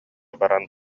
баран